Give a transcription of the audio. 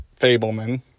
Fableman